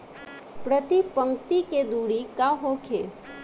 प्रति पंक्ति के दूरी का होखे?